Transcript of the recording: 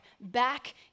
back